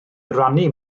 rhannu